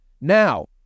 Now